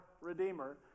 Redeemer